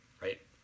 right